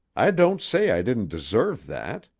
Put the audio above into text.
i don't say i didn't deserve that.